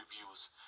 reviews